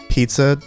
Pizza